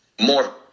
more